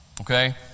Okay